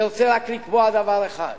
אני רוצה לקבוע רק דבר אחד: